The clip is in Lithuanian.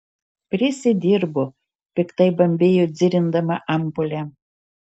prisidirbo piktai bambėjo dzirindama ampulę